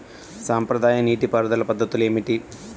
సాంప్రదాయ నీటి పారుదల పద్ధతులు ఏమిటి?